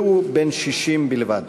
והוא בן 60 בלבד.